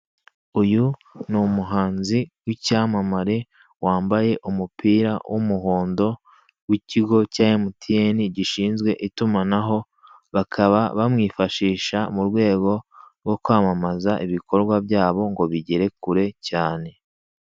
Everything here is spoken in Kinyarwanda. Uyu ni umuhanzi w'icyamamare wambaye umupira w'umuhondo w'ikigo cya emutiyeni gishinzwe itumanaho bakaba bamwifashisha mu rwego rwo kwamamaza ibikorwa byabo ngo bigere kure cyane.